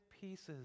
pieces